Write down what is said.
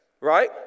Right